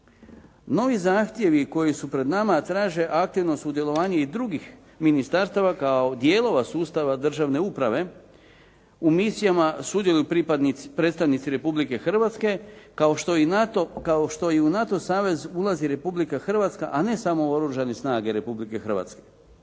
Novi zahtjevi koji su pred nama traže aktivno sudjelovanje i drugih ministarstava kao dijelova sustava državne uprave. U misijama sudjeluju predstavnici Republike Hrvatske, kao što i u NATO savez ulazi Republika Hrvatska, a ne samo Oružane snage Republike Hrvatske.